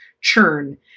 churn